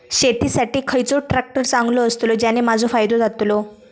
शेती साठी खयचो ट्रॅक्टर चांगलो अस्तलो ज्याने माजो फायदो जातलो?